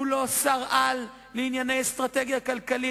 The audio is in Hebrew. הוא לא שר-על לענייני אסטרטגיה כלכלית,